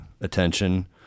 attention